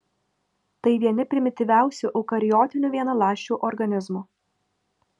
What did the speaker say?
tai vieni primityviausių eukariotinių vienaląsčių organizmų